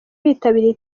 bitabiriye